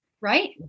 Right